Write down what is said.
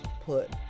put